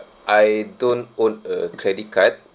I don't own a credit card